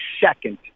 second